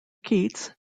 keats